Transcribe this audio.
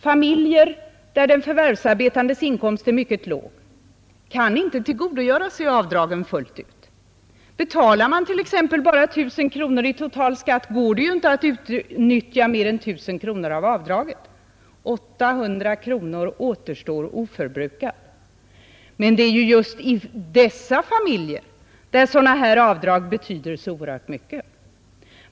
Familjer där den förvärvsarbetandes inkomst är mycket låg kan inte tillgodogöra sig avdragen fullt ut. Om man t.ex. bara betalar 1 000 kronor i total skatt, så går det ju inte att utnyttja mer än 1 000 kronor av avdraget; 800 kronor återstår oförbrukade. Men det är just i dessa familjer som avdragen betyder så oerhört mycket.